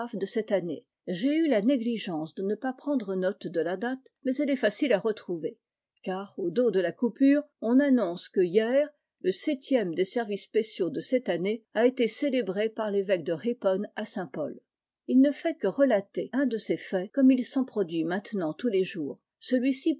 de cette année j'ai eu la négligence de ne pas prendre note de la date mais elle est facile à retrouver car au dos de la coupure on annonce que hier le septième des services spéciaux de cette année a été célébré par l'évoque de ripon à saint-paul il ne fait que relater un de ces faits comme il s'en produit maintenant tous les jours celui-ci